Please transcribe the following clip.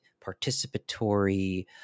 participatory